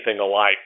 alike